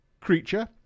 creature